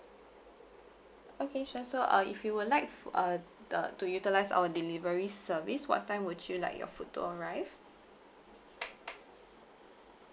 okay sure so uh if you would like f~ uh the to utilise our delivery service what time would you like your food to arrive